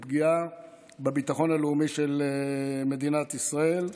היא פגיעה בביטחון הלאומי של מדינת ישראל.